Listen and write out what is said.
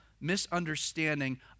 misunderstanding